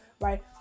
right